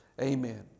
Amen